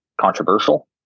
Controversial